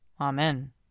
Amen